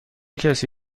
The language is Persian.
کسی